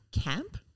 camp